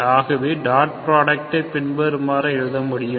ஆகவே dot product ஐ பின்வருமாறு எழுத முடியும்